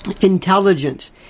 intelligence